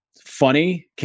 funny